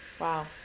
Wow